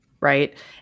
right